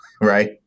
Right